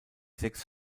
sechs